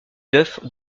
d’œufs